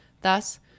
thus